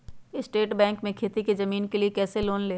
State Bank से खेती की जमीन के लिए कैसे लोन ले?